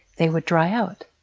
they would dry out.